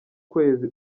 kwezi